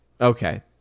okay